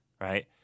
right